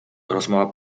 rozmowa